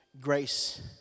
grace